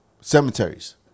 cemeteries